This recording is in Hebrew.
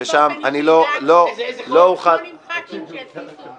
--- כל מיני חברי כנסת שיצוצו.